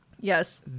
Yes